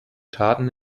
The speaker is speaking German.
taten